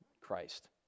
Christ